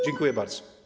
Dziękuję bardzo.